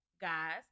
guys